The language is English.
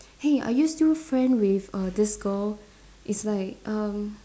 hey are you still friend with err this girl is like erm